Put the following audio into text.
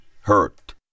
hurt